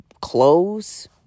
clothes